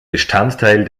bestandteil